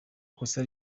kosa